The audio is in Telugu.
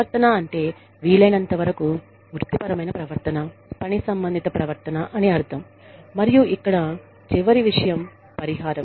ప్రవర్తన అంటే వీలైనంతవరకూ వృత్తిపరమైన ప్రవర్తన పని సంబంధిత ప్రవర్తన అని అర్థం మరియు ఇక్కడ చివరి విషయం పరిహారం